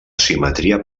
simetria